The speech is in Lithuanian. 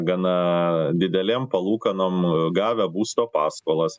gana didelėm palūkanom gavę būsto paskolas